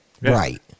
right